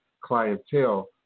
clientele